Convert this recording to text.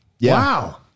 Wow